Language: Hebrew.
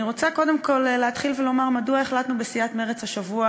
אני רוצה קודם כול לומר מדוע החלטנו בסיעת מרצ השבוע